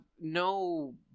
no